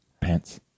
Pants